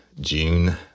June